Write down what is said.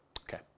Okay